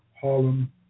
Harlem